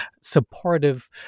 supportive